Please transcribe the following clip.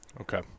okay